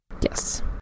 Yes